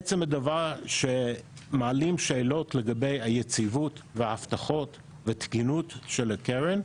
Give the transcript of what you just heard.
עצם הדבר שמעלים שאלות לגבי יציבות והבטחות ותקינות של הקרן,